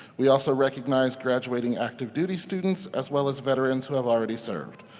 we also recognize graduating active duty students as well as veterans who have already served.